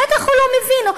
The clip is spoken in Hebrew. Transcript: בטח הוא לא מבין,